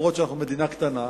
גם אם אנחנו מדינה קטנה,